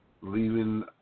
leaving